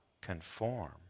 conform